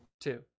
Two